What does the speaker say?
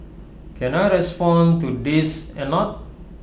can I respond to this A not